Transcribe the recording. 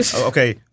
Okay